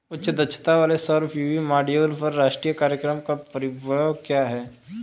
उच्च दक्षता वाले सौर पी.वी मॉड्यूल पर राष्ट्रीय कार्यक्रम का परिव्यय क्या है?